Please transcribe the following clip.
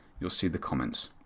you will see the comments